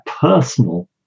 personal